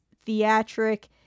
theatric